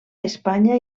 espanya